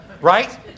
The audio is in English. Right